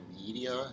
media